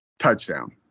Touchdown